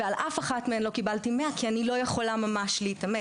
אבל על אף אחת מהן לא קיבלתי 100 כי אני לא יכולה ממש להתעמל.